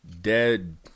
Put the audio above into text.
dead